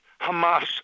Hamas